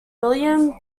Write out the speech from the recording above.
william